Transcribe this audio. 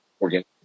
organic